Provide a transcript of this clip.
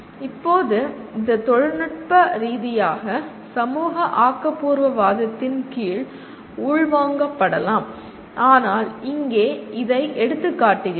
இப்போது இதுதொழில்நுட்ப ரீதியாக சமூக ஆக்கபூர்வவாதத்தின் கீழ் உள்வாங்கப்படலாம் ஆனால் இங்கே இதை எடுத்துக்காட்டுகிறது